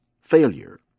failure